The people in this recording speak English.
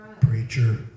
preacher